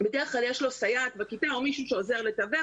בדרך כלל יש לו סייעת בכיתה או מישהו שעוזר לתווך.